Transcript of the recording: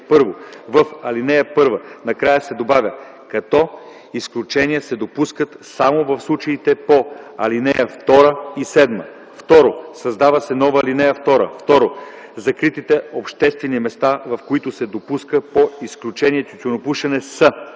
В ал. 1 накрая се добавя „като изключения се допускат само в случаите по ал. 2 и 7.” 2. Създава се нова ал. 2: (2) Закритите обществени места, в които се допуска по изключение тютюнопушене, са: